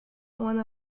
one